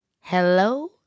Hello